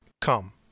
come